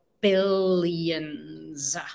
billions